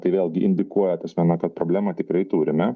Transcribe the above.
tai vėlgi indikuoja ta prasme na kad problemą tikrai turime